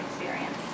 experience